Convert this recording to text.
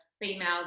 female